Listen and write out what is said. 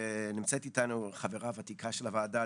ונמצאת איתנו חברה ותיקה של הוועדה,